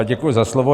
Děkuji za slovo.